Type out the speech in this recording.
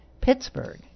Pittsburgh